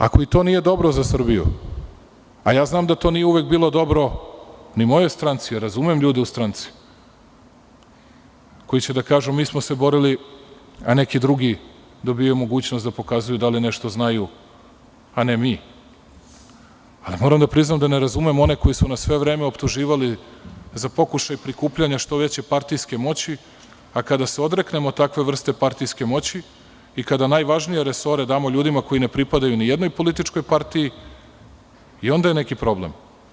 Ako to nije dobro za Srbiju, a znam da to nije uvek bilo dobro ni mojoj stranci, razumem ljude u stranci koji će da kažu – mi smo se borili, a neki drugi dobijaju mogućnost da pokazuju da li nešto znaju, a ne mi, ali moram da priznam da ne razumem one koji su nas sve vreme optuživali za pokušaj prikupljanja sve veće partijske moći, a kada se odreknemo takve vrste partijske moći i kada najvažnije resore damo ljudima koji ne pripadaju nijednoj političkoj partiji, i onda je neki problem.